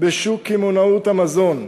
בשוק קמעונאות המזון.